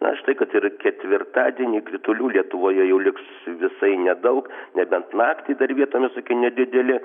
na štai kad ir ketvirtadienį kritulių lietuvoje jau liks visai nedaug nebent naktį dar vietomis tokie nedideli